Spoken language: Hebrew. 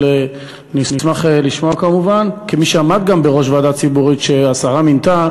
אבל אני אשמח לשמוע כמובן כמי שעמד גם בראש ועדה ציבורית שהשרה מינתה,